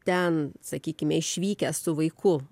ten sakykime išvykęs su vaiku